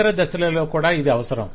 ఇతర దశలలో కూడా ఇది అవసరం